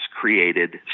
created